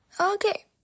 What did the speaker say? Okay